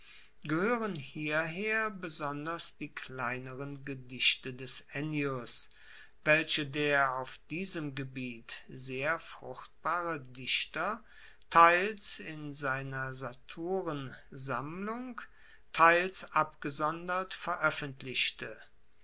gehoeren hierher besonders die kleineren gedichte des ennius welche der auf diesem gebiet sehr fruchtbare dichter teils in seiner saturensammlung teils abgesondert veroeffentlichte